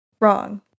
Wrong